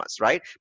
right